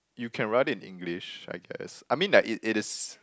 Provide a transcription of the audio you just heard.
you can write it in English I guess I mean like it it is